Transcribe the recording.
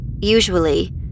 Usually